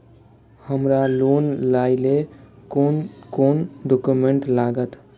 हमरा लोन लाइले कोन कोन डॉक्यूमेंट लागत?